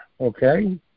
okay